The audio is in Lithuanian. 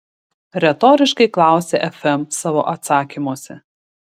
retoriškai klausia fm savo atsakymuose